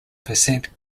percent